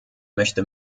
möchte